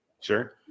sure